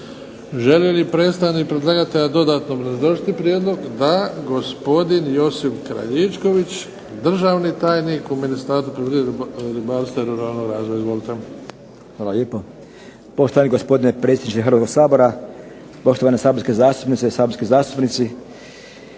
Želi li predstavnik predlagatelja dodatno obrazložiti prijedlog? Da. Gospodin Josip Kraljičković, državni tajnik u Ministarstvu poljoprivrede, ribarstva i ruralnog razvoja. Izvolite. **Kraljičković, Josip** Hvala lijepo. Poštovani gospodine predsjedniče Hrvatskog sabora, poštovane saborske zastupnice i saborski zastupnici